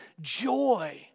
joy